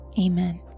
amen